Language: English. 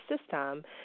system